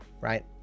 right